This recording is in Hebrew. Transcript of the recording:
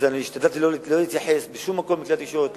ואני השתדלתי לא להתייחס בשום מקום בכלי התקשורת,